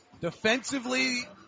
Defensively